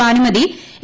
Bhanumathi A